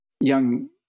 young